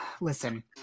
Listen